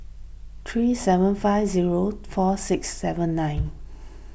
three seven five zero four six seven nine